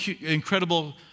incredible